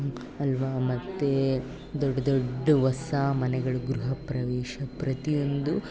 ಅಲ್ವಾ ಮತ್ತೆ ದೊಡ್ಡ ದೊಡ್ಡ ಹೊಸಾ ಮನೆಗಳು ಗೃಹಪ್ರವೇಶ ಪ್ರತಿಯೊಂದು